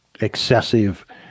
excessive